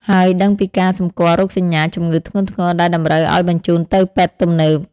ហើយដឹងពីការសម្គាល់រោគសញ្ញាជំងឺធ្ងន់ធ្ងរដែលតម្រូវឱ្យបញ្ជូនទៅពេទ្យទំនើប។